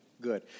good